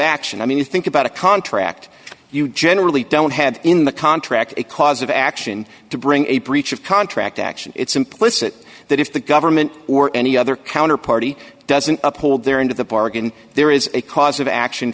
action i mean you think about a contract you generally don't have in the contract cause of action to bring a breach of contract action it's implicit that if the government or any other counter party doesn't uphold their into the bargain there is a cause of action